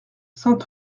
saint